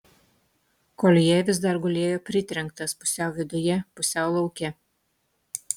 koljė vis dar gulėjo pritrenktas pusiau viduje pusiau lauke